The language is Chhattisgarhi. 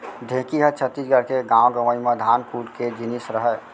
ढेंकी ह छत्तीसगढ़ के गॉंव गँवई म धान कूट के जिनिस रहय